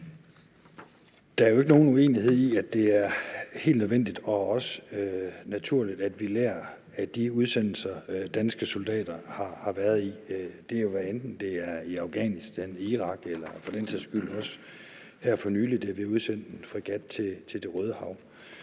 Der er jo ikke nogen uenighed om, at det er helt nødvendigt og også naturligt, at vi lærer af de udsendelser, danske soldater har været i, hvad enten det har været i Afghanistan, Irak eller for den sags skyld også her for nylig, da vi udsendte en fregat til Det Røde Hav.